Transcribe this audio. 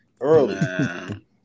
early